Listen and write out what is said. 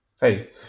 hey